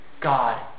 God